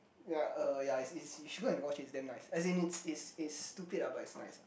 ya uh ya it's it's you should go and watch it it's damn nice as in it's it's it's stupid lah but it's nice lah